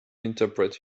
interpret